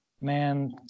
man